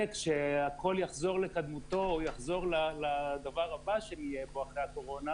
וכשהכול יחזור לקדמותו או יחזור לדבר הבא שנהיה בו אחרי הקורונה,